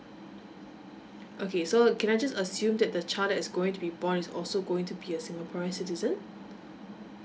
okay so can I just assume that the child that is going to be born is also going to be a singaporean citizen